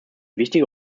wichtige